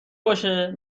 باشه